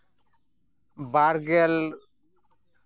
ᱵᱟᱨᱜᱮᱞ